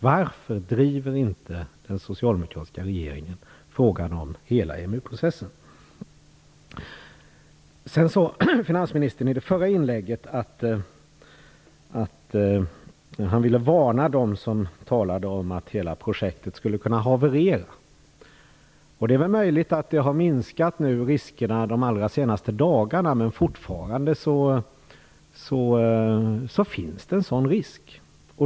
Varför driver inte den socialdemokratiska regeringen frågan om hela EMU-processen? Finansministern ville varna dem som talade om att hela projektet skulle kunna haverera. Det är möjligt att riskerna har minskat de allra senaste dagarna, men fortfarande finns det en sådan risk.